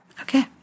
Okay